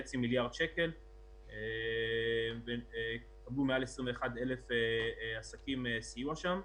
מיליארד שקל ומעל 21,000 עסקים קיבלו סיוע שם.